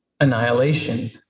annihilation